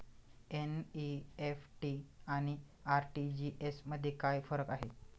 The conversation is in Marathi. एन.इ.एफ.टी आणि आर.टी.जी.एस मध्ये काय फरक आहे?